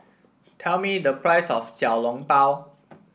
tell me the price of Xiao Long Bao